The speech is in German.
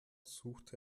suchte